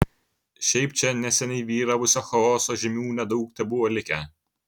šiaip čia neseniai vyravusio chaoso žymių nedaug tebuvo likę